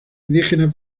indígena